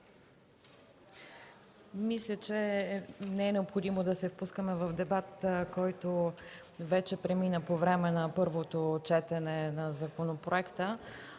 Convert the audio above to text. –мисля, че не е необходимо да се впускаме в дебат, който вече премина по време на първото четене, относно